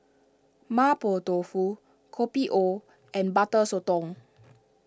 Mapo Tofu Kopi O and Butter Sotong